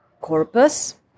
corpus